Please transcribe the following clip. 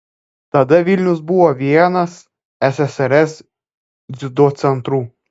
tada vilnius buvo vienas ssrs dziudo centrų